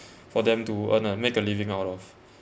for them to earn uh make a living out of